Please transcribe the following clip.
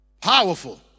Powerful